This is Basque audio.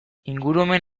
ingurumen